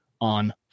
on